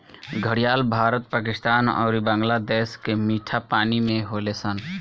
घड़ियाल भारत, पाकिस्तान अउरी बांग्लादेश के मीठा पानी में होले सन